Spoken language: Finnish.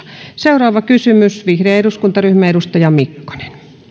seuraava kysymys vihreä eduskuntaryhmä edustaja mikkonen